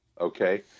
Okay